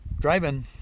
driving